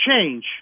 change